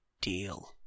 deal